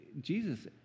Jesus